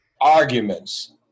arguments